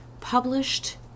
published